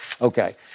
Okay